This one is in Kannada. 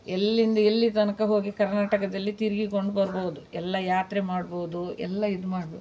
ಎಲ್ಲಿಂದ ಎಲ್ಲಿ ತನಕ ಹೋಗಿ ಕರ್ನಾಟಕದಲ್ಲಿ ತಿರ್ಗಿಕೊಂಡು ಬರ್ಬೋದು ಎಲ್ಲ ಯಾತ್ರೆ ಮಾಡ್ಬೋದು ಎಲ್ಲ ಇದು ಮಾಡ್ಬೋದು